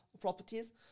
properties